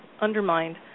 undermined